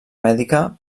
mèdica